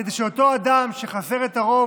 כדי שאותו אדם שחסר את הרוב,